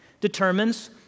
determines